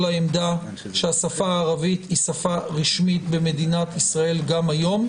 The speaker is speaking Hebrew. העמדה שהשפה הערבית היא שפה רשמית במדינת ישראל גם היום,